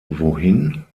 wohin